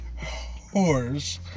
whores